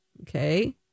Okay